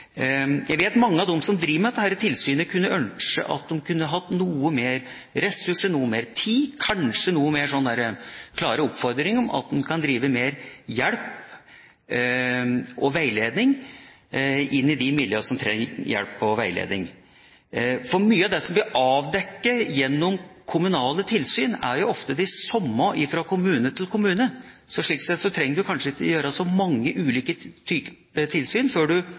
Jeg vet at mange av dem som driver med tilsyn, kunne ønske at de hadde noe mer ressurser og tid, kanskje noen klare oppfordringer om at man kan få mer hjelp og veiledning inn i de miljøene som trenger hjelp og veiledning. Mye av det som blir avdekket gjennom kommunale tilsyn, er ofte det samme fra kommune til kommune. Slik sett trenger man kanskje ikke å ha så mange ulike typer tilsyn før